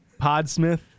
Podsmith